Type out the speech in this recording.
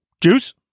juice